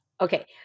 Okay